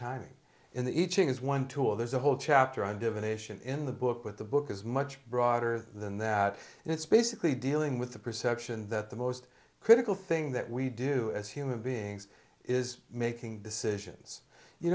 timing in the iching is one tool there's a whole chapter on divination in the book with the book is much broader than that and it's basically dealing with the perception that the most critical thing that we do as human beings is making decisions you